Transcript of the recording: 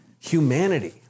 humanity